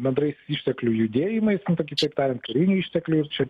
bendrais išteklių judėjimais kitaip tariant kariniai ištekliai čia